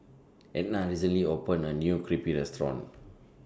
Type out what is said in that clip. Edna recently opened A New Crepe Restaurant